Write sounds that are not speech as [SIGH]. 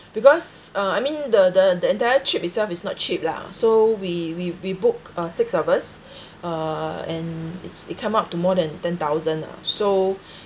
[BREATH] because uh I mean the the the entire trip itself is not cheap lah so we we we book uh six of us [BREATH] uh and it's it come up to more than ten thousand ah so [BREATH]